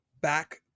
back